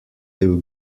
two